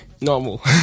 normal